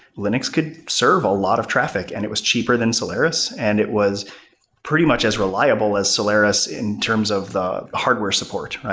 linux could serve a lot of traffic, and it was cheaper than solaris and it was pretty much as reliable as solaris in terms of the hardware support.